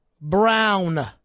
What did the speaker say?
Brown